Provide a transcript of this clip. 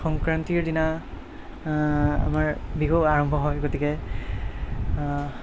সংক্ৰান্তিৰ দিনা আমাৰ বিহু আৰম্ভ হয় গতিকে